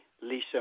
Lisa